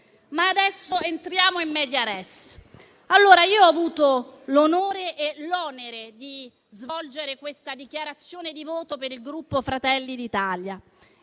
adesso *in medias res*. Io ho avuto l'onore e l'onere di svolgere questa dichiarazione di voto per il Gruppo Fratelli d'Italia.